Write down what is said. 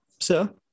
Sir